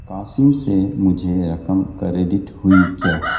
قاسم سے مجھے رقم کریڈٹ ہوئی کیا